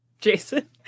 Jason